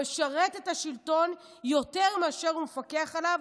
המשרת את השלטון יותר מאשר הוא מפקח עליו,